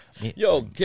Yo